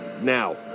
now